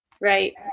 Right